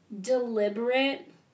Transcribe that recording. deliberate